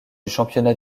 championnat